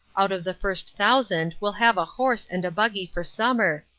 out of the first thousand we'll have a horse and a buggy for summer,